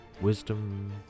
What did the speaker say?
Wisdom